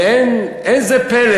ואין זה פלא